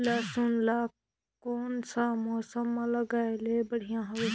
लसुन ला कोन सा मौसम मां लगाय ले बढ़िया हवे?